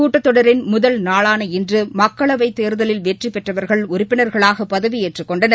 கூட்டத்தொடரின் முதல் நாளான இன்று மக்களவைத் தேர்தலில் வெற்றிபெற்றவர்கள் உறுப்பினர்களாக பதவியேற்றுக் கொண்டனர்